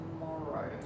tomorrow